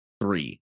three